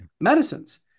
medicines